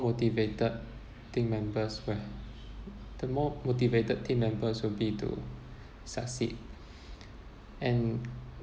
motivated team members will the more motivated team members will be to succeed and